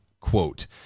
quote